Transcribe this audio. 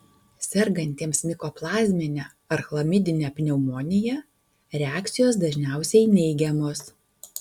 sergantiems mikoplazmine ar chlamidine pneumonija reakcijos dažniausiai neigiamos